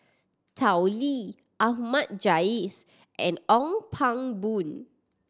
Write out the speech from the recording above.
Tao Li Ahmad Jais and Ong Pang Boon